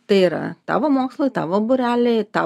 tai yra tavo mokslai tavo būreliai ta